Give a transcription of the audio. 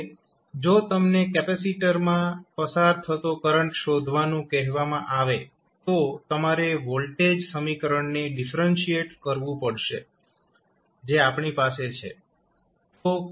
હવે જો તમને કેપેસિટરમાં પસાર થતો કરંટ શોધવાનું કહેવામાં આવે તો તમારે વોલ્ટેજ સમીકરણને ડિફરેન્શિએટ કરવું પડશે જે આપણી પાસે છે